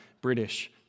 British